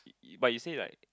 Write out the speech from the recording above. but you say right